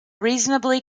reasonably